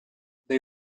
they